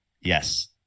Yes